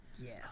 yes